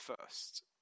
first